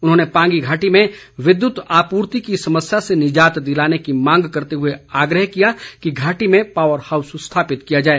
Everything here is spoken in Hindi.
उन्होंने पांगी घाटी में विद्युत आपूर्ति की समस्या से निजात दिलाने की मांग करते हुए आग्रह किया कि घाटी में पावर हाउस स्थापित किया जाए